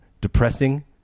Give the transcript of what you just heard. depressing